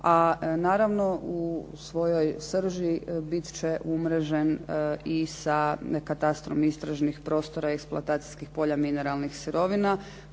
a naravno u svojoj srži bit će umrežen i sa katastrom istražnih prostora eksploatacijskih polja mineralnih sirovina